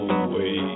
away